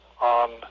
on